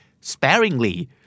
sparingly